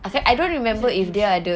entah macam intuition